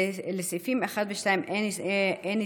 לסעיפים 1 ו-2 אין הסתייגות,